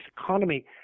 economy